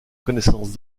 connaissance